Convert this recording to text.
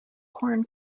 corn